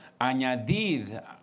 añadid